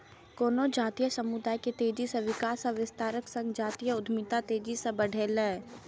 कोनो जातीय समुदाय के तेजी सं विकास आ विस्तारक संग जातीय उद्यमिता तेजी सं बढ़लैए